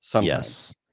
Yes